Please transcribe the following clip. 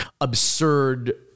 absurd